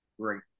Great